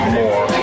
more